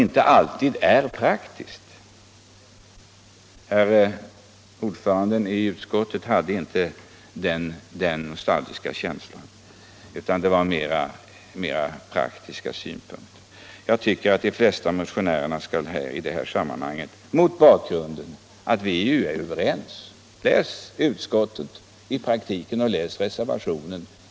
Utskottets ordförande hade inte någon sådan nostalgisk känsla utan anförde mer praktiska synpunkter. I själva verket är vi alla överens i dessa frågor. Läs utskottsmajoritetens uttalande och reservationen!